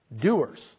doers